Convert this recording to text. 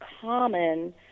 common